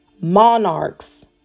Monarchs